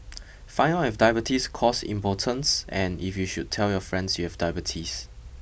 find out if diabetes causes impotence and if you should tell your friends you have diabetes